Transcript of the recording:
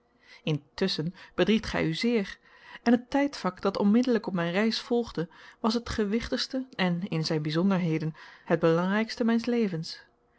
gij u zeer en het tijdvak dat onmiddellijk op mijn reis volgde was het gewichtigste en in zijn bijzonderheden het belangrijkste